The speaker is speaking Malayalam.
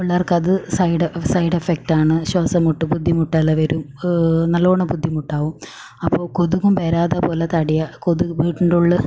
പിള്ളേർക്കത് സൈഡ് എഫ് സൈഡ് എഫെക്റ്റാണ് ശ്വാസം മുട്ട് ബുദ്ധിമുട്ട് എല്ലാം വരും നല്ലോണം ബുദ്ധിമുട്ടാകും അപ്പോൾ കൊതുകും വരാതെ പോലെ തടയുക കൊതുക് വീട്ടിൻ്റെ ഉള്ളിൽ